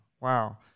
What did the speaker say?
wow